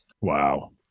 Wow